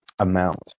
amount